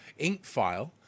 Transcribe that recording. Inkfile